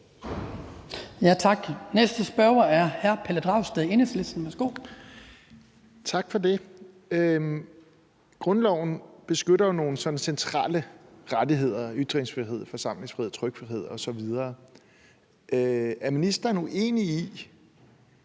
Tak. Næste spørger er hr. Pelle Dragsted, Enhedslisten. Værsgo. Kl. 14:56 Pelle Dragsted (EL): Tak for det. Grundloven beskytter jo nogle centrale rettigheder som ytringsfrihed, forsamlingsfrihed, trykkefrihed osv. Er ministeren uenig i,